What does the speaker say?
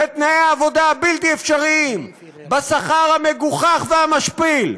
בתנאי העבודה הבלתי-אפשריים, בשכר המגוחך והמשפיל.